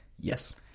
Yes